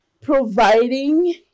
providing